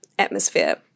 atmosphere